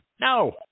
No